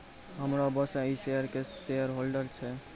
हमरो बॉसे इ शेयर के शेयरहोल्डर छै